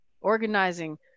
Organizing